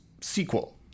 sequel